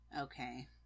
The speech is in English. okay